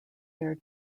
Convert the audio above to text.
their